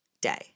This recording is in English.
day